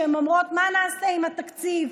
שאומרות מה נעשה עם התקציב,